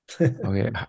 okay